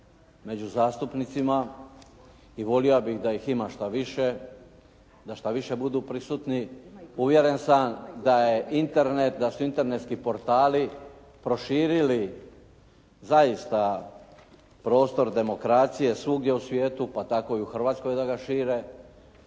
među zastupnicima i volio bih da ih ima šta više, da šta više budu prisutni. Uvjeren sam da je Internet, da su internetski portali proširili zaista prostor demokracije svugdje u svijetu pa tako i u Hrvatskoj da ga šire.